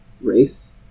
Race